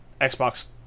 Xbox